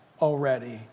already